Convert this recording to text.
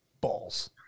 balls